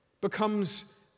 becomes